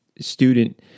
student